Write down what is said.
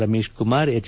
Ramesh Kumar H